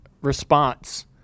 response